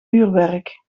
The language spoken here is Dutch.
uurwerk